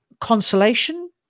consolation